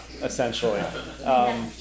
essentially